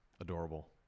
Adorable